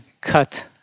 cut